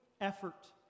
effort